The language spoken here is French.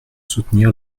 soutenir